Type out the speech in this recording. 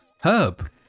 Herb